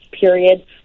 period